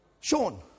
Sean